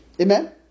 Amen